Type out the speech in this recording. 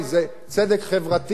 זה צדק חברתי,